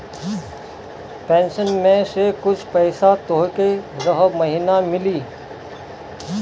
pension में से कुछ पईसा तोहके रह महिना मिली